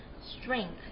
strength